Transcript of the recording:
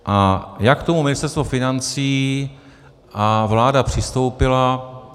A jak k tomu Ministerstvo financí a vláda přistoupily?